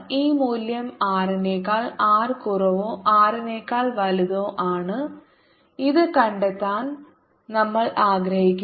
ഈ മൂല്യം R നെക്കാൾ R കുറവോ R നെക്കാൾ വലുതോ ആണ് ഇത് കണ്ടെത്താൻ നമ്മൾ ആഗ്രഹിക്കുന്നു